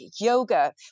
yoga